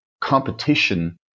competition